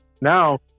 now